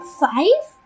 five